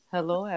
Hello